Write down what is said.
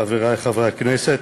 חברי חברי הכנסת,